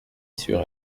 sur